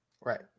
Right